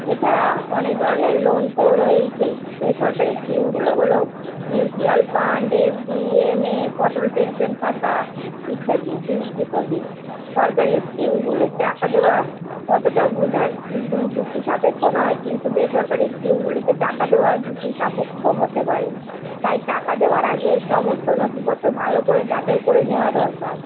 এছাড়া অনেক ধরনের লোন তো রয়েইছে বেসরকারি স্কিমগুলো হল মিউচুয়াল ফান্ড এফডি এমএ অটল পেনশন খাতা ইত্যাদি ফিক্সড ডিপোজিট সরকারি স্কিমগুলি টাকা দেওয়া কতটা বোঝার ঝুঁকিসাপেক্ষ নয় কিন্তু বেসরকারি স্কিমগুলিতে টাকা দেওয়া ঝুঁকিসাপেক্ষ হতে পারে তাই টাকা দেওয়ার আগে সমস্ত নথিপত্র ভালো করে যাচাই করে নেওয়া দরকার